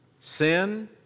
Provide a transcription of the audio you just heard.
sin